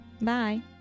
Bye